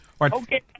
Okay